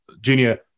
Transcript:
Junior